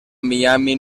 miami